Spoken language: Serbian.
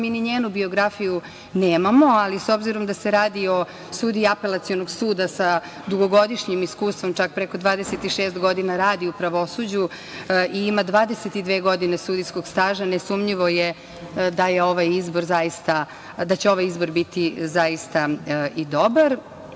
mi ni njenu biografiju nemamo, ali s obzirom da se radi o sudiji apelacionog suda sa dugogodišnjim iskustvom, čak preko 26 godina radi u pravosuđu, ima 22 godine sudijskog staža, nesumnjivo je da je ovaj izbor zaista, da